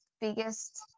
biggest